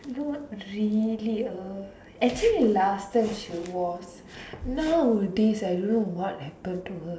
not really uh actually last time she was nowadays I don't know what happened to her